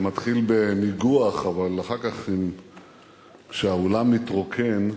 זה מתחיל בניגוח, אבל אחר כך, כשהאולם מתרוקן,